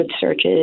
searches